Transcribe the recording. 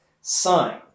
sign